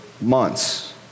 months